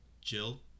Jill